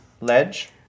Ledge